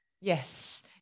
yes